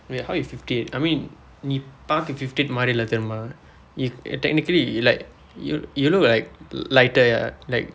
wait how you fifty eight I mean நீ பார்க்க:nii paarkka fifty eight மாதிரி இல்லை தெரியுமா:maathiri illai theiryumaa you~ technically like you you look like lighter ya like